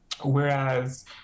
whereas